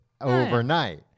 overnight